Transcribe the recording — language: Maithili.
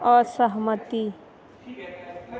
असहमति